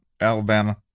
alabama